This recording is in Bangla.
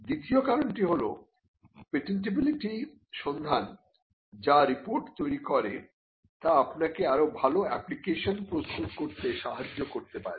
দ্বিতীয় কারণ হল পেটেন্টিবিলিটি সন্ধান যা রিপোর্ট তৈরি করে তা আপনাকে আরো ভাল অ্যাপ্লিকেশন প্রস্তুত করতে সাহায্য করতে পারে